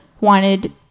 wanted